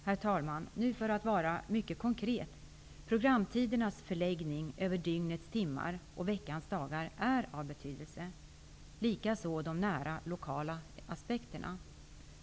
Herr talman! För att uttrycka det mycket konkret: Programtidernas förläggning över dygnets timmar och veckans dagar är av betydelse, likaså de nära, lokala aspekterna.